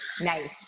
Nice